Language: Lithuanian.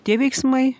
tie veiksmai